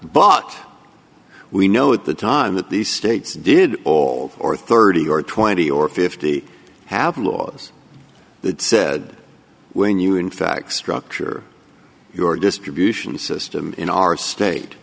but we know at the time that these states did all or thirty or twenty or fifty have laws that said when you in fact structure your distribution system in our state